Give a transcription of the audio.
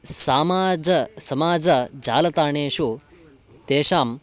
समाजः समाजः जालताणेषु तेषां